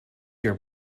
your